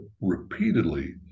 repeatedly